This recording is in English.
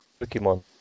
Pokemon